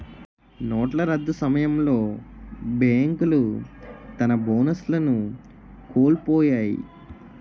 నోట్ల రద్దు సమయంలో బేంకులు తన బోనస్లను కోలుపొయ్యాయి